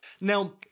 Now